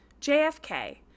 JFK